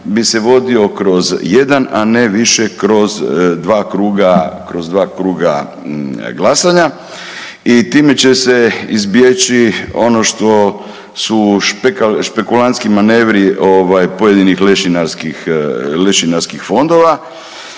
bi se vodio kroz jedan, a ne više kroz 2 kruga glasanja i time će se izbjeći ono što su špekulantski manevri ovaj, pojedinih lešinarskih fondova